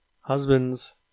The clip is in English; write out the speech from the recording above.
husbands